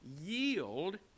yield